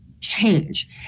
change